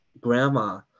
grandma